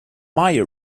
maya